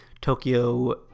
Tokyo